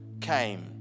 came